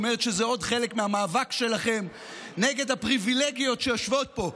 אומרת שזה עוד חלק מהמאבק שלכם נגד הפריבילגיות שיושבות פה,